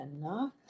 enough